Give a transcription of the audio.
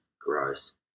gross